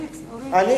אני